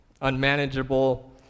unmanageable